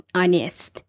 honest